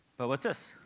but what's this?